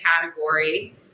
category